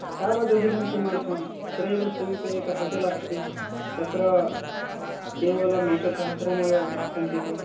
एतावदधिकं किमर्थम् अत्रैव समीपे एकं होटेल् अस्ति तत्र केवलमेकसहस्रमेव इच्छन्ति ते